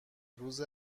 روز